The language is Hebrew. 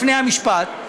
לפני המשפט,